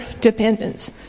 dependence